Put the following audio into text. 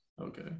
Okay